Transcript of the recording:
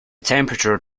temperature